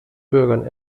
bürgern